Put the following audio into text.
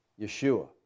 Yeshua